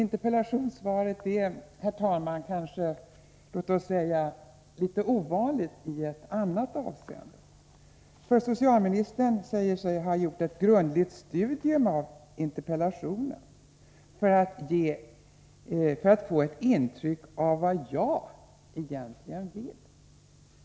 Interpellationssvaret är kanske litet ovanligt i också ett annat avseende. Socialministern säger sig nämligen ha gjort ett grundligt studium av interpellationen för att få ett intryck av vad jag egentligen vill.